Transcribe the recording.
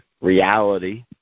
reality